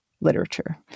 literature